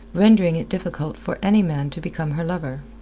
rendering it difficult for any man to become her lover.